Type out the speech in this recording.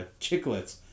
chiclets